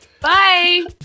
Bye